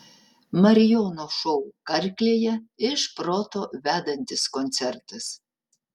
marijono šou karklėje iš proto vedantis koncertas